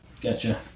Gotcha